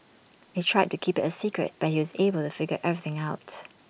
they tried to keep IT A secret but he was able to figure everything out